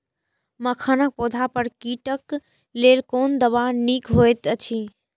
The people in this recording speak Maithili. मखानक पौधा पर कीटक लेल कोन दवा निक होयत अछि?